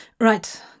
Right